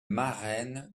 marraine